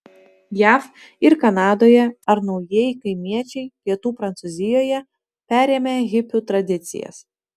jav ir kanadoje ar naujieji kaimiečiai pietų prancūzijoje perėmę hipių tradicijas